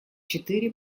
четыре